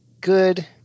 good